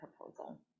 proposal